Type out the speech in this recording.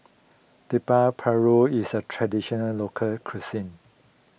Paru is a Traditional Local Cuisine